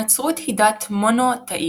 הנצרות היא דת מונותאיסטית